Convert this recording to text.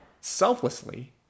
selflessly